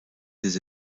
des